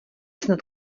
snad